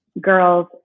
girls